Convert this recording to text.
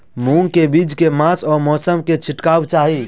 मूंग केँ बीज केँ मास आ मौसम मे छिटबाक चाहि?